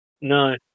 no